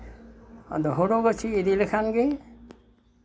ᱟᱫᱚ ᱦᱩᱲᱩ ᱜᱟᱹᱪᱷᱤ ᱤᱫᱤ ᱞᱮᱠᱷᱟᱱ ᱜᱮ